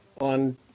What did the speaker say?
on